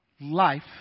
Life